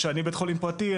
כשאני בית חולים פרטי,